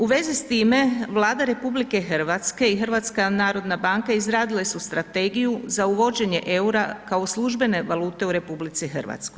U vezi s time Vlada RH i HNB izradile su strategiju za uvođenje EUR-a kao službene valute u RH.